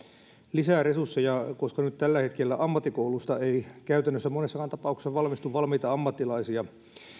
lisää resursseja koska nyt tällä hetkellä ammattikouluista ei käytännössä monessakaan tapauksessa valmistu valmiita ammattilaisia